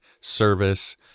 service